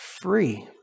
Free